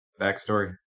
backstory